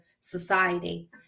society